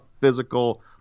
physical